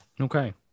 Okay